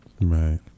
Right